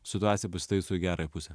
situacija pasitaiso į gerąją pusę